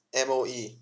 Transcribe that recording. M_O_E